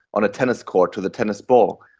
on a tennis court to the tennis ball,